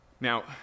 Now